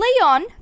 Leon